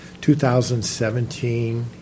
2017